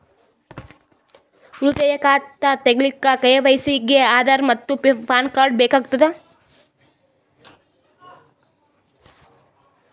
ಉಳಿತಾಯ ಖಾತಾ ತಗಿಲಿಕ್ಕ ಕೆ.ವೈ.ಸಿ ಗೆ ಆಧಾರ್ ಮತ್ತು ಪ್ಯಾನ್ ಕಾರ್ಡ್ ಬೇಕಾಗತದ